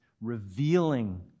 revealing